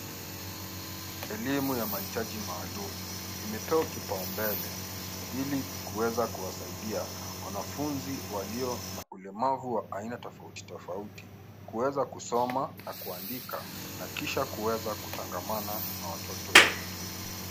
Elimu ya mahitaji maalum imepewa kipao mbele ili kuweza kuwasaidia wanafunzi walio na ulemavu wa aina tofauti tofauti kuweza kusoma na kuandika na kisha kuweza kutangamana na watoto wengine.